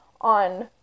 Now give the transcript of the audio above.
on